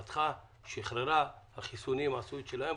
פתחה, שחררה, וגם החיסונים עושים את שלהם.